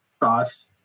cost